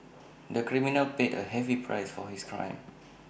the criminal paid A heavy price for his crime